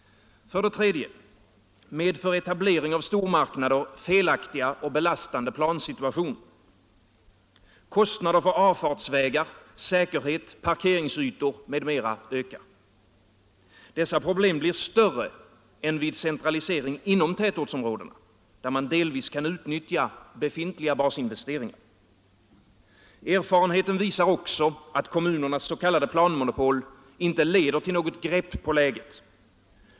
För det tredje medför etablering av stormarknader felaktiga och belastande plansituationer. Kostnader för avfartsvägar, säkerhet, parkeringsytor m.m. ökar. Dessa problem blir större än vid centralisering inom tätortsområdena, där man delvis kan utnyttja befintliga basinvesteringar. Erfarenheten visar också att kommunernas s.k. planmonopol inte leder till något grepp på läget.